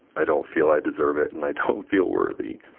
i don't feel i deserve it, and i don't feel worthy.